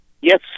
Yes